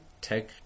Tech